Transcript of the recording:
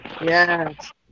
Yes